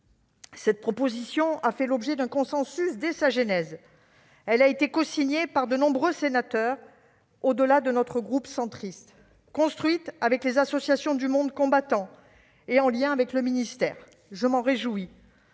Cette proposition a fait l'objet d'un consensus dès sa genèse : elle a été cosignée par de nombreux sénateurs au-delà de notre groupe centriste, après avoir été construite avec les associations du monde combattant et en lien avec le ministère. Je m'en réjouis.